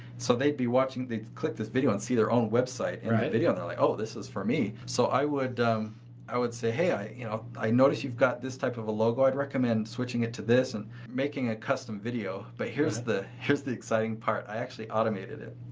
so, they'd be watching they click this video and see their own website video they're like, oh, this is for me. so, i would i would say, hey, you know i noticed you've got this type of a logo i'd recommend switching it to this and making a custom video. but here's the here's the exciting part. i actually automated it.